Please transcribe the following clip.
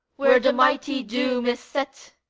where the mighty doom is set,